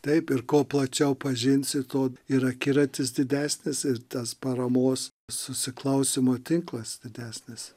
taip ir kuo plačiau pažinsi tuo ir akiratis didesnis ir tas paramos susiklausymo tinklas didesnis